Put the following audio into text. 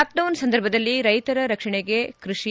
lockdown ಸಂದರ್ಭದಲ್ಲಿ ಕೈತರ ರಕ್ಷಣೆಗೆ ಕೈಷಿ